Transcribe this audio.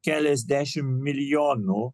keliasdešimt milijonų